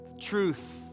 truth